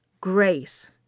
grace